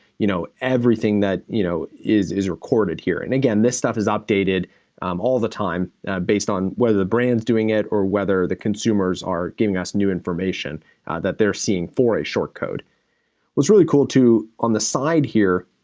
you know, everything that, you know, is is recorded here. and, again, this stuff is updated all the time based on whether the brand's doing it or whether the consumers are giving us new information that they're seeing for a short code. it was really cool to. on the side here,